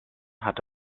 hat